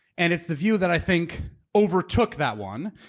and it's the view that i think overtook that one.